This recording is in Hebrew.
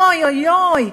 אוי-אוי-אוי,